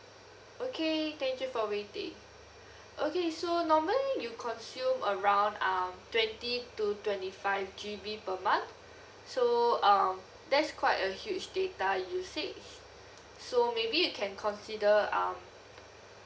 okay thank you for waiting okay so normally you consume around um twenty to twenty five G_B per month so um that's quite a huge data usage so maybe you can consider um